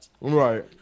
Right